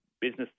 business